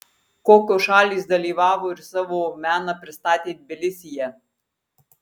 kokios šalys dalyvavo ir savo meną pristatė tbilisyje